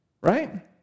Right